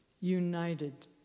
united